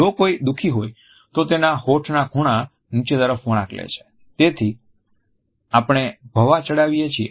જો કોઈ દુઃખી હોય તો તેના હોઠ ના ખૂણા નીચે તરફ વળાંક લે છે જેથી આપણે ભવા ચડાવીએ છીએ